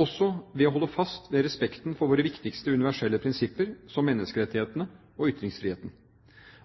også gjøre dette ved å holde fast ved respekten for våre viktigste universelle prinsipper, som menneskerettighetene og ytringsfriheten.